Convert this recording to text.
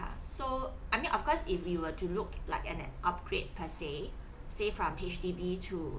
so I mean of course if we were to look like an upgrade per se say from H_D_B to